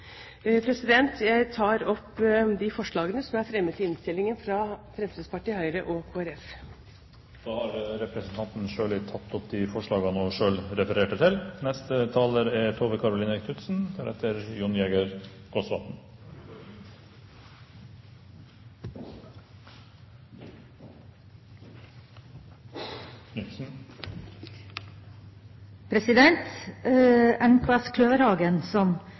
Jeg tar hermed opp de forslagene som er fremmet i innstillingen, fra Fremskrittspartiet, Høyre og Kristelig Folkeparti. Representanten Sonja Irene Sjøli har tatt opp de forslagene hun refererte til.